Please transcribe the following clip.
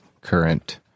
current